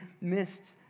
missed